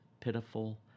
pitiful